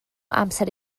amser